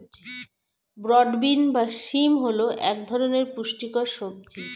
broad bean বা শিম হল এক ধরনের পুষ্টিকর সবজি